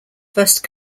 first